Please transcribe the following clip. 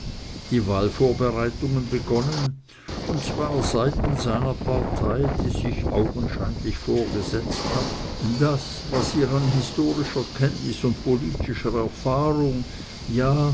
die wahlvorbereitungen begonnen und zwar seitens einer partei die sich augenscheinlich vorgesetzt hat das was ihr an historischer kenntnis und politischer erfahrung ja